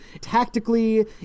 tactically